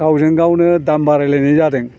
गावजोंगावनो दाम बारायलायनाय जादों